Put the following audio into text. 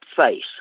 face